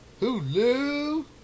Hulu